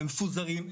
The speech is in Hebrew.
הם מפוזרים,